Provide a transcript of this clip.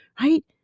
right